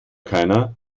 keiner